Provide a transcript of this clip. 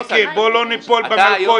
מיקי, בוא לא ניפול במלכודת.